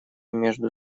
между